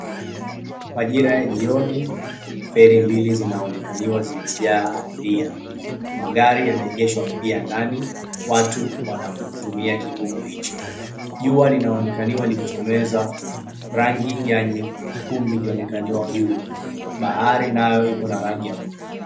Majira ya jioni feri mbili zinaonekaniwa zimejaa abiria magari yameegeshwa pia ndani watu wanatumia kivuko hicho. Jua linaonekaniwa likichomoza. Rangi ya nyekundu ikionekaniwa juu, bahari nayo iko na rangi ya blue .